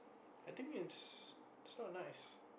I think it's its not nice